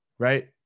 Right